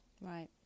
Right